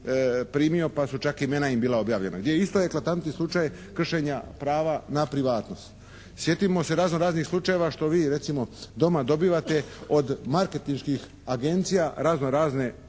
primio pa su čak imena bila im objavljena gdje je isto eklatantni slučaj kršenja prava na privatnost. Sjetimo se razno raznih slučajeva što vi recimo doma dobivate od marketinških agencija, razno razne